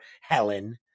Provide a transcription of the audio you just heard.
Helen